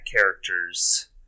character's